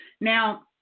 Now